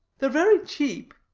theyre very cheap.